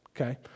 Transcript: okay